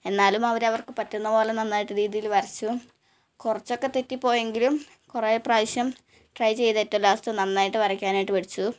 എന്നാലും അവർ അവർക്ക് പറ്റുന്നത് പോലെ നന്നായിട്ട് രീതിയിൽ വരച്ചു കുറച്ചൊക്കെ തെറ്റി പോയെങ്കിലും കുറേ പ്രാവശ്യം ട്രൈ ചെയ്ത് ഏറ്റവും ലാസ്റ്റ് നന്നായിട്ട് വരയ്ക്കാനായിട്ട് പഠിച്ചു